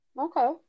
Okay